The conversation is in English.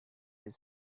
his